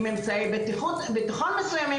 עם אמצעי ביטחון מסוימים,